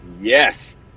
Yes